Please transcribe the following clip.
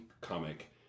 comic